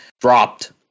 dropped